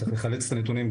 צריך לחלץ את הנתונים.